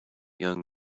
young